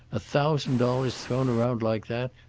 a thousand dollars thrown around like that,